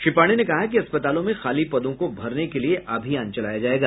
श्री पांडेय ने कहा कि अस्पतालों में खाली पदों को भरने के लिए अभियान चलाया जायेगा